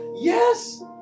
yes